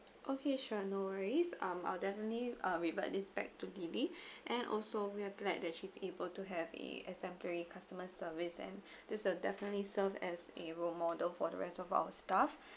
okay sure no worries um I'll definitely uh revert this back to lily and also we're glad that she's able to have a exemplary customer service and this will definitely serve as a role model for the rest of our staff